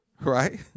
Right